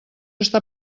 està